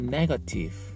negative